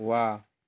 वा